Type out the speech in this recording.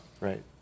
Right